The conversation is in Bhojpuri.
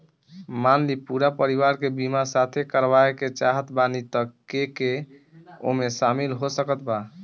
मान ली पूरा परिवार के बीमाँ साथे करवाए के चाहत बानी त के के ओमे शामिल हो सकत बा?